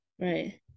Right